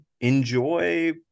enjoy